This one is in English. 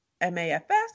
M-A-F-S